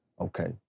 Okay